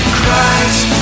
Christ